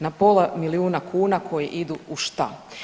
Na pola milijuna kuna koji idu u šta?